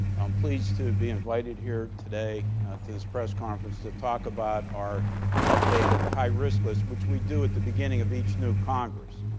i'm pleased to be invited here today this press conference to talk about our update of the high risk list, which we do at the beginning of each new congress.